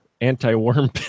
anti-worm